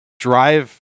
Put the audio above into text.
drive